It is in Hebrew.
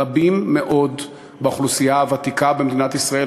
רבים מאוד באוכלוסייה הוותיקה במדינת ישראל,